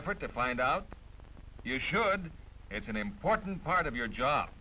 effort to find out you should it's an important part of your job